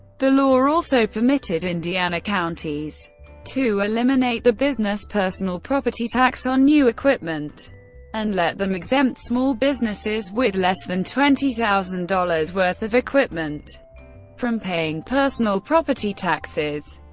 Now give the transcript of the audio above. the law also permitted indiana counties to eliminate the business personal property tax on new equipment and let them exempt small businesses with less than twenty thousand dollars worth of equipment from paying personal property taxes.